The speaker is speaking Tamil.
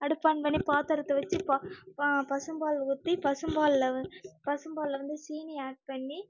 அடுப்பை ஆன் பண்ணி பாத்திரத்த வச்சி பா பசும்பால் ஊற்றி பசும் பாலில் பசும் பாலில் வந்து சீனி ஆட் பண்ணி